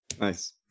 Nice